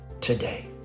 today